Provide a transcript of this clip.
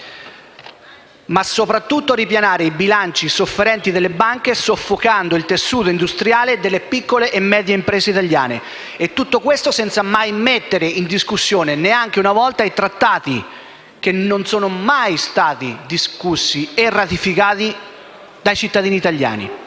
ma soprattutto ripianamento dei bilanci sofferenti delle banche, soffocando il tessuto industriale delle piccole e medie imprese italiane. Tutto questo senza mettere in discussione, neanche una volta, i Trattati, che non sono mai stati discussi e ratificati dai cittadini italiani.